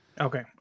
Okay